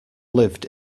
lived